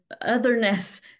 otherness